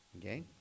Okay